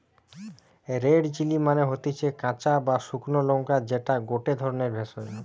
red chilli মানে হতিছে কাঁচা বা শুকলো লঙ্কা যেটা গটে ধরণের ভেষজ